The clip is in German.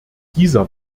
dieser